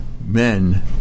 men